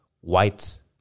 White